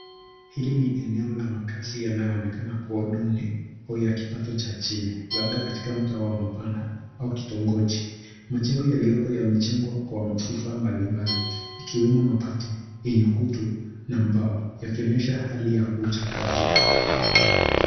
Hili ni eneo ya makaazi inayoonekana kuwa duni au ya kipato cha chini labda katika mtaa wa mbanda au kitongoji. Majengo yaliyopo yamejengwa kwa vifaa mbalimbali ikiwemo mabati yenye kutu na mbao yakionyesha hali ya uchakavu.